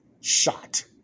shot